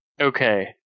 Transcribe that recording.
Okay